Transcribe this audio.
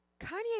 Kanye